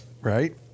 right